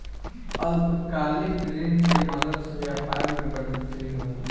अल्पकालिक ऋण के मदद से व्यापार मे बढ़ोतरी होला